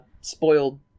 spoiled